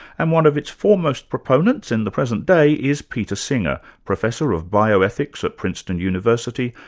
and one of its foremost proponents in the present day is peter singer, professor of bioethics at princeton university,